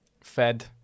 fed